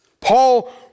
Paul